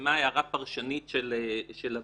פורסמה הערה פרשנית של הוועדה,